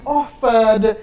offered